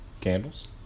candles